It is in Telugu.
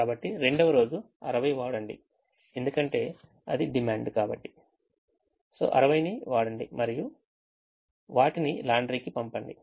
కాబట్టి రెండవ రోజు 60 వాడండి ఎందుకంటే అది డిమాండ్ కాబట్టి 60 ను వాడండి మరియు వాటిని లాండ్రీకి పంపండి